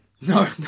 No